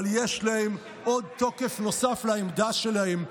אבל יש תוקף נוסף לעמדה שלהם,